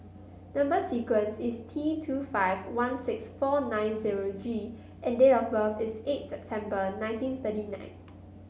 number sequence is T two five one six four nine zero G and date of birth is eighth September nineteen thirty nine